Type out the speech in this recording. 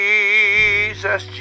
Jesus